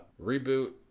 reboot